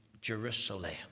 Jerusalem